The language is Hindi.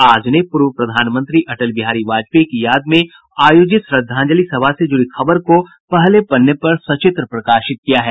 आज ने पूर्व प्रधानमंत्री अटल बिहारी वाजपेयी की याद में आयोजित श्रद्धांजलि सभा से जुड़ी खबर को पहले पन्ने पर सचित्र प्रकाशित किया है